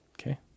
Okay